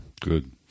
Good